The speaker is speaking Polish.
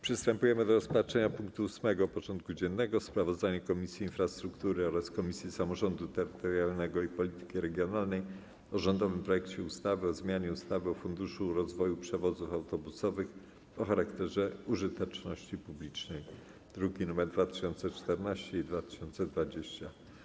Przystępujemy do rozpatrzenia punktu 8. porządku dziennego: Sprawozdanie Komisji Infrastruktury oraz Komisji Samorządu Terytorialnego i Polityki Regionalnej o rządowym projekcie ustawy o zmianie ustawy o Funduszu rozwoju przewozów autobusowych o charakterze użyteczności publicznej (druki nr 2014 i 2020)